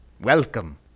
welcome